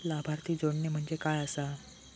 लाभार्थी जोडणे म्हणजे काय आसा?